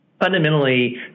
fundamentally